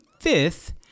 fifth